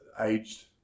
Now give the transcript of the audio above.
aged